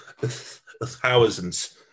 thousands